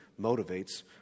motivates